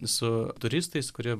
su turistais kurie